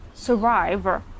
survive